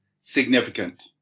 significant